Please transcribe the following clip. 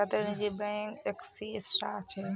भारतत निजी बैंक इक्कीसटा छ